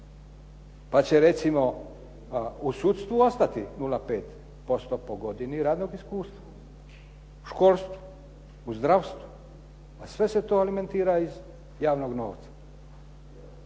pa će recimo u sudstvu ostati 0,5% po godini radnog iskustva, školstvu, u zdravstvu, pa sve se to alimentira iz javnog novca.